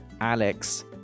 Alex